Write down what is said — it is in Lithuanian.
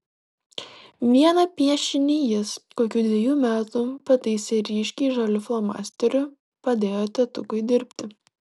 vieną piešinį jis kokių dvejų metų pataisė ryškiai žaliu flomasteriu padėjo tėtukui dirbti